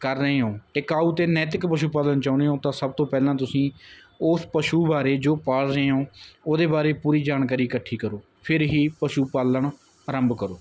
ਕਰ ਰਹੇ ਓਂ ਟਿਕਾਊ ਅਤੇ ਨੈਤਿਕ ਪਸ਼ੂ ਪਾਲਣ ਚਾਹੁੰਦੇ ਓਂ ਤਾਂ ਸਭ ਤੋਂ ਪਹਿਲਾਂ ਤੁਸੀਂ ਉਸ ਪਸ਼ੂ ਬਾਰੇ ਜੋ ਪਾਲ ਰਹੇ ਓਂ ਉਹਦੇ ਬਾਰੇ ਪੂਰੀ ਜਾਣਕਾਰੀ ਇਕੱਠੀ ਕਰੋ ਫੇਰ ਹੀ ਪਸ਼ੂ ਪਾਲਣ ਆਰੰਭ ਕਰੋ